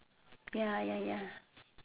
ya ya ya